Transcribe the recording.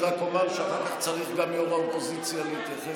אני רק אומר שאחר כך צריך גם יו"ר האופוזיציה להתייחס.